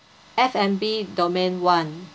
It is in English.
F&B domain one